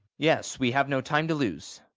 yes we have no time to lose.